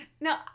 no